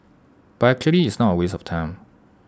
but actually it's not A waste of time